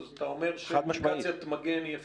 אז אתה אומר שאפליקציית מגן היא אפקטיבית.